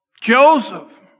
Joseph